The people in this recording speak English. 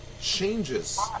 changes